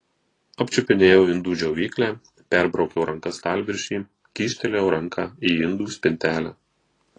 apčiupinėjau indų džiovyklę perbraukiau ranka stalviršį kyštelėjau ranką į indų spintelę